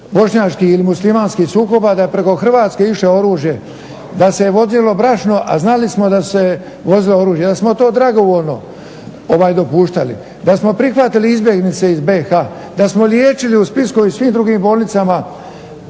ili muslimanskih sukoba da je preko Hrvatske išlo oružje, da se je vozilo brašno, a znamo da se je vozilo oružje jer smo to dragovoljno dopuštali. Da smo prihvatili izbjeglice iz BiH, da smo liječili u splitskoj i u svim drugim bolnicama